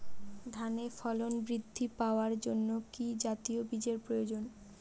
ধানে ফলন বৃদ্ধি পাওয়ার জন্য কি জাতীয় বীজের প্রয়োজন?